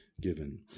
given